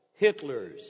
Hitlers